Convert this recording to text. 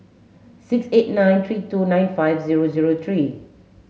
six eight nine three two nine five zero zero three